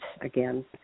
again